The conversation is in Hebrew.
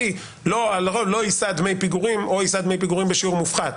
לא יישא דמי פיגורים או יישא דמי פיגורים בשיעור מופחת.